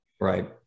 Right